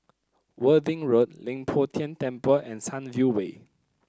Worthing Road Leng Poh Tian Temple and Sunview Way